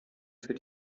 für